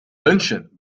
lunchen